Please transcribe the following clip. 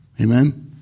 Amen